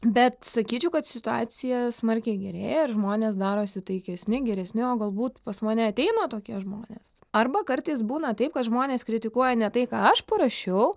bet sakyčiau kad situacija smarkiai gerėja ir žmonės darosi taikesni geresni o galbūt pas mane ateina tokie žmonės arba kartais būna taip kad žmonės kritikuoja ne tai ką aš parašiau